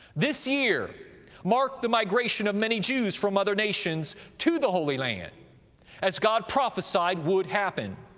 this year marked the migration of many jews from other nations to the holy land as god prophesied would happen.